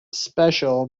special